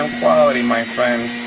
quality my friends,